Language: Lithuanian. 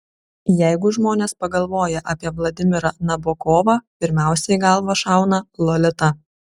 jeigu žmonės pagalvoja apie vladimirą nabokovą pirmiausia į galvą šauna lolita